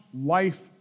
life